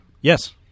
Yes